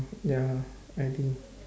ya I think